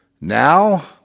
Now